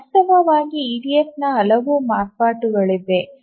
ವಾಸ್ತವವಾಗಿ ಇಡಿಎಫ್ನ ಹಲವು ಮಾರ್ಪಾಡುಗಳಿವೆ